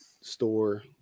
store